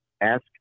ask